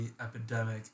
epidemic